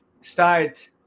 start